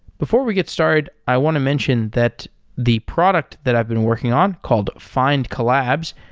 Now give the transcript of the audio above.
before we get started, i want to mention that the product that i've been working on, called find collabs,